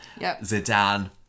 Zidane